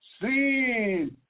Sin